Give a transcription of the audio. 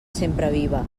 sempreviva